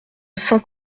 saint